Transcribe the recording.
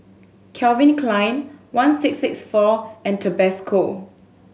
Calvin Klein one six six four and Tabasco